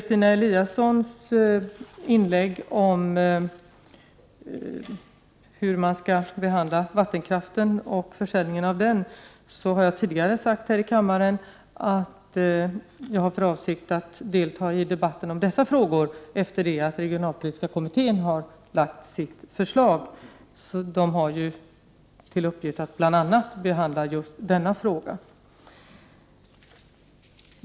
Stina Eliasson tog i sitt inlägg upp frågan om hur man skall behandla vattenkraften och försäljningen av den. När det gäller detta vill jag säga som jag tidigare sagt här i kammaren, nämligen att jag har för avsikt att delta i diskussionen om dessa frågor efter det att den regionalpolitiska kommittén har lagt fram sitt förslag. Kommittén har bl.a. till uppgift att behandla just denna fråga.